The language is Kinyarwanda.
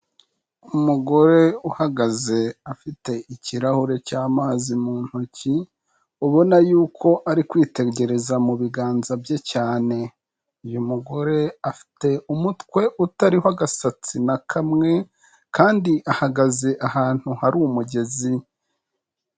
Umugore uhagaze afite ikirahure cy'amazi mu ntoki, ubona yuko ari kwitegereza mu biganza bye cyane. Uyu mugore afite umutwe utariho agasatsi na kamwe kandi ahagaze ahantu hari umugezi.